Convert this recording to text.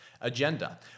agenda